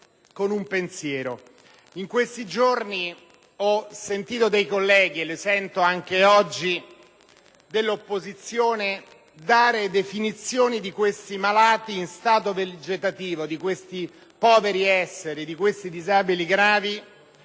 con un pensiero. In questi giorni, e anche oggi, ho sentito, da colleghi dell'opposizione, dare definizioni di questi malati in stato vegetativo, di questi poveri esseri, di questi disabili gravi;